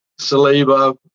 Saliba